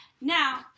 Now